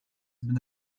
been